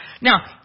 Now